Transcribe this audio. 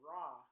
Raw